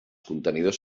contenidors